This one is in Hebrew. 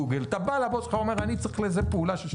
אתה בא לבוס שלך ואומר שאתה צריך לזה שנתיים?